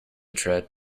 tread